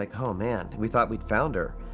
like, oh, man. we thought we'd found her.